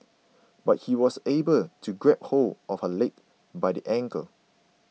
but he was able to grab hold of her leg by the ankle